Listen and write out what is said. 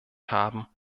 haben